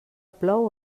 plou